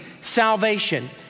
salvation